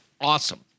awesome